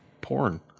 porn